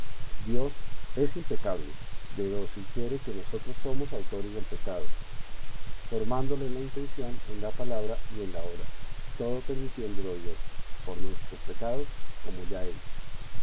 dios es impecable de do se infiere que nosotros somos autores del pecado formándole en la intención en la palabra y en la obra todo permitiéndolo dios por nuestros pecados como ya he dicho